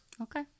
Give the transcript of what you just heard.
okay